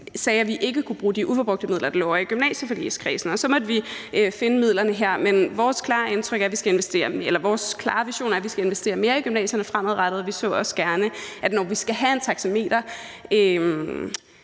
sagde, at vi ikke kunne bruge de uforbrugte midler, der lå ovre i gymnasieforligskredsen, og så måtte vi finde midlerne her, men vores klare vision er, at vi skal investere mere i gymnasierne fremadrettet, og vi så også gerne, at det, når vi skal have en